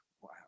wow